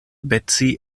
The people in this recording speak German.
betsy